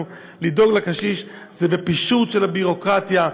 לדאוג לקשיש זה בפישוט של הביורוקרטיה.